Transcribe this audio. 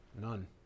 None